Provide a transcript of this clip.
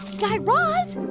guy raz,